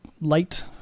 light